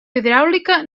hidràulica